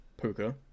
Puka